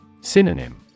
Synonym